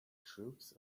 troops